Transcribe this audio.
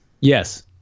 Yes